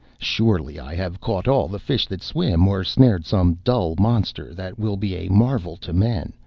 surely i have caught all the fish that swim, or snared some dull monster that will be a marvel to men,